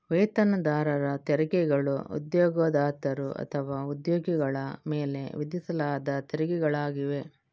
ವೇತನದಾರರ ತೆರಿಗೆಗಳು ಉದ್ಯೋಗದಾತರು ಅಥವಾ ಉದ್ಯೋಗಿಗಳ ಮೇಲೆ ವಿಧಿಸಲಾದ ತೆರಿಗೆಗಳಾಗಿವೆ